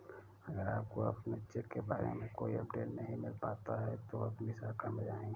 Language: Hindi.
अगर आपको अपने चेक के बारे में कोई अपडेट नहीं मिल पाता है तो अपनी शाखा में आएं